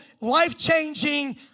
life-changing